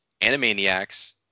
Animaniacs